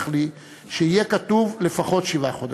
לי שיהיה כתוב "לפחות שבעה חודשים",